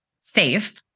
safe